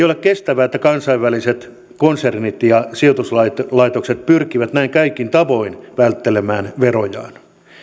ole kestävää että kansainväliset konsernit ja sijoituslaitokset pyrkivät näin kaikin tavoin välttelemään verojaan